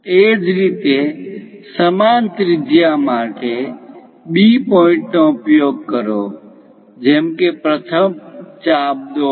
એ જ રીતે સમાન ત્રિજ્યા માટે B પોઇન્ટનો ઉપયોગ કરો જેમકે કે પ્રથમ ચાપ દોરી